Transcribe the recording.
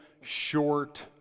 short